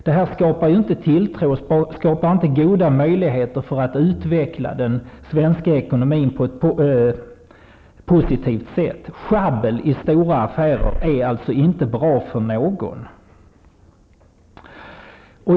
Det skapar inte tilltro och goda möjligheter för att utveckla den svenska ekonomin på ett positivt sätt. Sjabbel i stora affärer är alltså inte bra för någon.